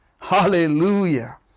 Hallelujah